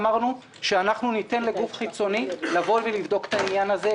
אמרנו שניתן לגוף חיצוני לבדוק את העניין הזה.